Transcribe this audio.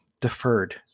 deferred